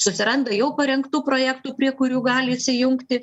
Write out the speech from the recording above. susiranda jau parengtų projektų prie kurių gali įsijungti